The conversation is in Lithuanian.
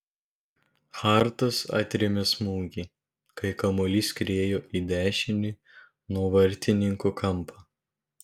hartas atrėmė smūgį kai kamuolys skriejo į dešinį nuo vartininko kampą